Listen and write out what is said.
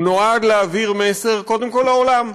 הוא נועד להעביר מסר קודם כול לעולם: